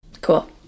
Cool